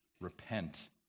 repent